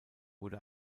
wurde